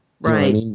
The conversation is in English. Right